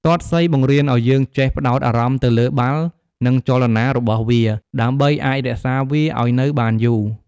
ទាត់សីបង្រៀនឱ្យយើងចេះ ផ្តោតអារម្មណ៍ទៅលើបាល់ និងចលនារបស់វា ដើម្បីអាចរក្សាវាឱ្យនៅបានយូរ។